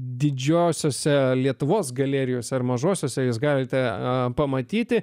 didžiosiose lietuvos galerijose ar mažosiose jūs galite pamatyti